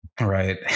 right